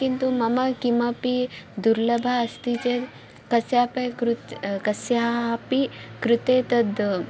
किन्तु मम किमपि दुर्लभम् अस्ति चेत् कस्यापि कृते कस्यापि कृते तद्